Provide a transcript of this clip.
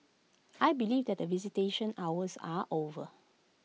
I believe that the visitation hours are over